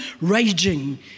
raging